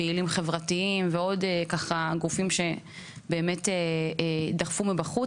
פעילים חברתיים ועוד כמה גופים שבאמת דחפו מבחוץ,